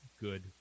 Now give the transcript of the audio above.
good